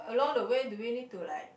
along the way do we need to like